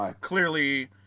clearly